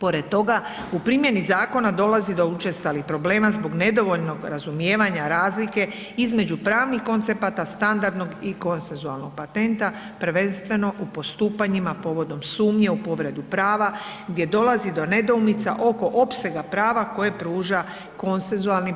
Pored toga, u primjeni zakona dolazi do učestalih problema zbog nedovoljnog razumijevanja razlike između pravnih koncepata standardnog i konsensualnog patenta, prvenstveno u postupanjima povodom sumnje u povredu prava gdje dolazi do nedoumica oko opsega prava koje pruža konsensualni